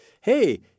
Hey